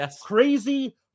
crazy